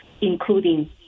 including